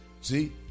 See